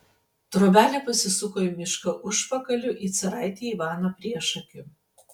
trobelė pasisuko į mišką užpakaliu į caraitį ivaną priešakiu